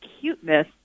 cuteness